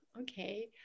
Okay